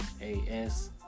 A-S